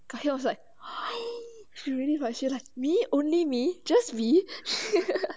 gahyeon was like she really like she like me only only me just me ppl